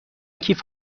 کیف